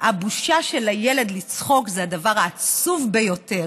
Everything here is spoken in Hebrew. הבושה של הילד לצחוק היא הדבר העצוב ביותר.